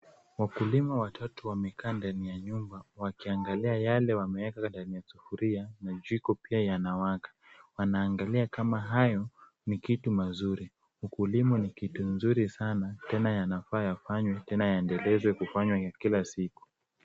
Wakulima watatu wamekaa ndani ya nyumba, wakiangalia yale wameeka ndani sufuria na jiko pia yanawaka. Wanaangalia kama hayo ni kitu mazuri. Ukulima ni kitu mzuri sana, tena yanafaa yafanywe, tena yaendelezwe kufanywa kila siku.